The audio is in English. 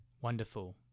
Wonderful